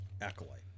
Acolyte